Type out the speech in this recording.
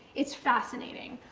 it's fascinating,